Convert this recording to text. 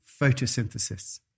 photosynthesis